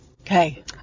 Okay